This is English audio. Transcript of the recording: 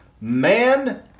man